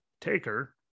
Taker